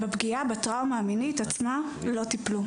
בפגיעה, בטראומה המינית עצמה לא טיפלו.